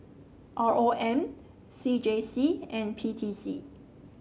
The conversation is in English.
R O M C J C and P T C